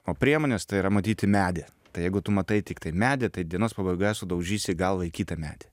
o priemonės tai yra matyti medį tai jeigu tu matai tiktai medį tai dienos pabaigoje sudaužysi galvą į kitą medį